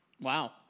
Wow